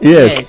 Yes